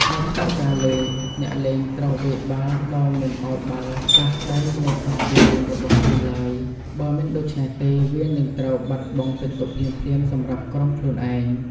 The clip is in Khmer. នៅក្នុងការលេង អ្នកលេងត្រូវវាយបាល់ដោយមិនឲ្យបាល់ប៉ះដីនៅក្នុងទីលានរបស់ខ្លួនឡើយ បើមិនដូច្នេះទេវានឹងត្រូវបាត់បង់ពិន្ទុភ្លាមៗសម្រាប់ក្រុមខ្លួនឯង។